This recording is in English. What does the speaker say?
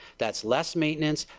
that's less maintenance.